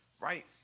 right